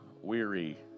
weary